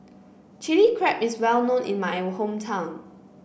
Chili Crab is well known in my hometown